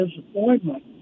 disappointment